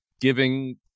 giving